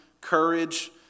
courage